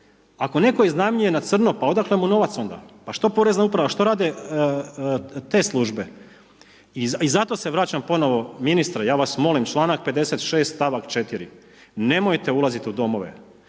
Ako netko iznajmljuje na crno, pa odakle mu novac onda? A što Porezna uprava, što rade te službe? I za to se vraćam ponovno, ministre, ja vas molim, članak 56. stavak 4., nemojte ulaziti u domove.